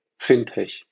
fintech